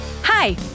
Hi